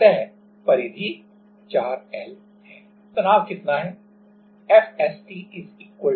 तो परिधि 4 L है